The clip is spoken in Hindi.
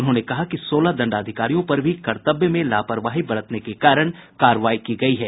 उन्होंने कहा कि सोलह दंडाधिकारियों पर भी कर्तव्य में लापरवाही बरतने के कारण कार्रवाई की गई है